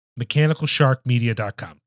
MechanicalSharkMedia.com